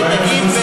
הוצאנו את הדייגים,